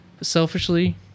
selfishly